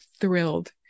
thrilled